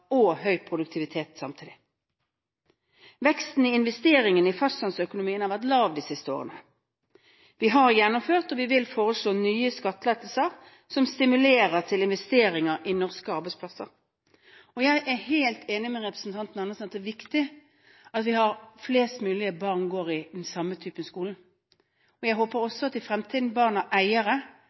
og høy produktivitet samtidig. Veksten i investeringene i fastlandsøkonomien har vært lav de siste årene. Vi har gjennomført, og vi vil foreslå nye, skattelettelser som stimulerer til investeringer i norske arbeidsplasser. Jeg er helt enig med representanten Andersen i at det er viktig at flest mulig av våre barn går i den samme typen skole. Jeg håper også at barn av fremtidige eiere